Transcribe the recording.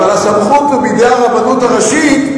אבל הסמכות היא בידי הרבנות הראשית,